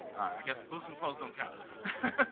i guess boosting posts don't count.